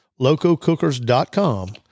lococookers.com